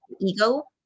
ego